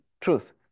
Truth